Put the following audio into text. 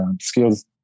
skills